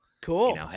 cool